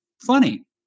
Funny